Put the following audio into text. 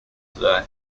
today